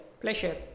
pleasure